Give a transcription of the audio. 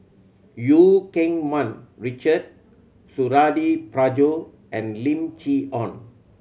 Eu Keng Mun Richard Suradi Parjo and Lim Chee Onn